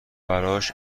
براش